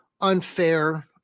unfair